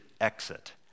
exit